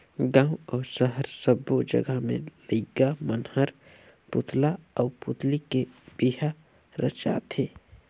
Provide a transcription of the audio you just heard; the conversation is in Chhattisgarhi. गांव अउ सहर सब्बो जघा में लईका मन हर पुतला आउ पुतली के बिहा रचाथे